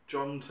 John